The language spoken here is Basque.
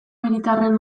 hiritarren